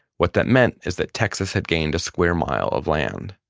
what that meant is that texas had gained a square mile of land.